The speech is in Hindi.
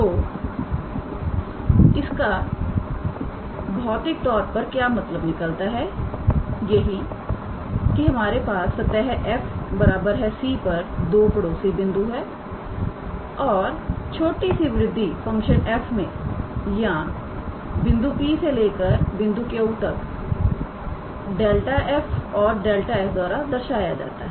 तो इसका भौतिक तौर पर क्या मतलब निकलता है यही कि हमारे पास सतह 𝑓𝑥𝑦 𝑧 𝑐 पर दो पड़ोसी बिंदु है और छोटी सी वृद्धि फंक्शन f में या बिंदु P से लेकर बिंदु Q तक 𝛿𝑓 और 𝛿𝑠 द्वारा दर्शाया जाता है